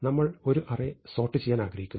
നമ്മൾ ഒരു array sort ചെയ്യാൻ ആഗ്രഹിക്കുന്നു